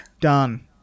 Done